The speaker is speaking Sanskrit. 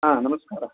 हा नमस्कारः